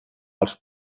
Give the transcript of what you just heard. als